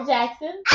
Jackson